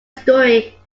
story